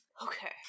Okay